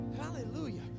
Hallelujah